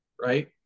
right